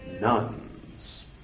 nuns